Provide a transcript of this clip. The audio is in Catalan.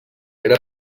era